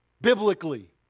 Biblically